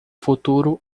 futuro